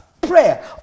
prayer